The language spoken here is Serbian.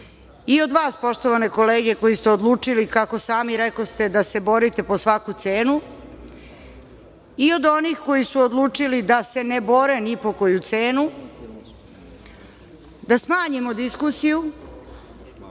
i od vas, poštovane kolege koji ste odlučili, kako sami rekoste, da se borite po svaku cenu, i od onih koji su odlučili da se ne bore ni po koju cenu, da smanjimo diskusiju,